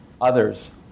others